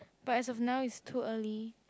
but as a for now is too early